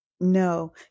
No